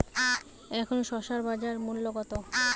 এখন শসার বাজার মূল্য কত?